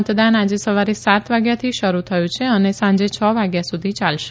મતદાન આજે સવારે સાત વાગ્યાથી શરૂ થયું છે અને સાંજે છ વાગ્યા સુધી ચાલશે